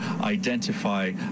identify